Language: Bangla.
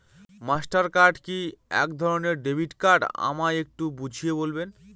মাস্টার কার্ড কি একধরণের ডেবিট কার্ড আমায় একটু বুঝিয়ে বলবেন?